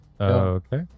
Okay